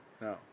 No